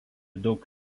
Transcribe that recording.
daug